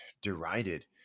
derided